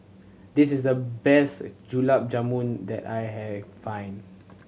this is the best Gulab Jamun that I had find